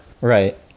Right